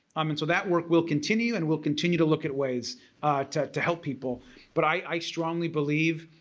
um and so that work will continue and we'll continue to look at ways to to help people but i strongly believe